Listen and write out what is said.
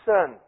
Son